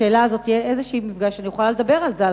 שלשאלה הזאת יהיה איזשהו מפגש שאני אוכל לדבר על זה,